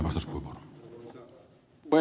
arvoisa puhemies